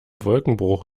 wolkenbruch